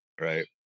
right